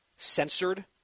censored